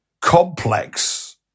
complex